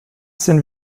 sind